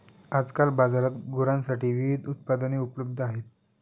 आजकाल बाजारात गुरांसाठी विविध उत्पादने उपलब्ध आहेत